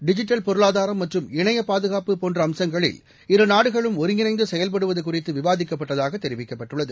digital பொருளாதாரம் மற்றும் இணைய பாதுகாப்பு போன்ற அம்சங்களில் இருநாடுகளும் ஒருங்கிணைந்து செயல்படுவது குறித்து விவாதிக்கப்பட்டதாகத் தெரிவிக்கப்பட்டுள்ளது